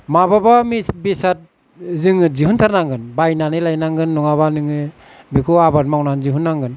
माब्लाबा बेसाद जोङो दिहुन्थारनांगोन बायनानै लायनांगोन नङाबा नोङो बेखौ आबाद मावनानै दिहुन्नांगोन